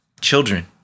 children